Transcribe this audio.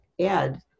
add